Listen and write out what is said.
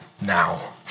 now